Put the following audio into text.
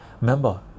remember